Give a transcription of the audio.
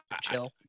chill